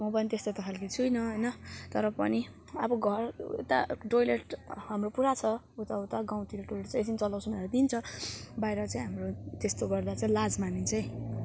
म पनि त्यस्तो त खालके छुइनँ होइन तर पनि अब घर उता टोइलेट हाम्रो पुरा छ उता उता गाउँतिर टोइलेट छ एकछिन चलाउँछु नि भन्दा दिन्छ बाहिर चाहिँ हाम्रो त्यस्तो गर्दा चाहिँ लाज मानिन्छ है